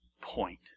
point